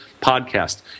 podcast